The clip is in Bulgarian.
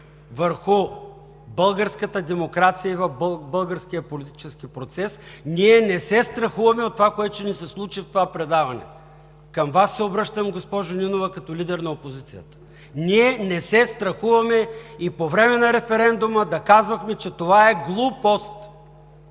върху българската демокрация и българския политически процес, ние не се страхуваме от това, което ще ни се случи в това предаване. Към Вас се обръщам, госпожо Нинова, като лидер на опозицията. Ние не се страхувахме и по време на референдума да казваме, че това е глупост!